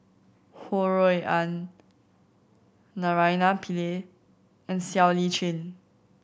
Ho Rui An Naraina Pillai and Siow Lee Chin